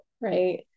right